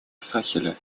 сахеля